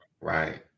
right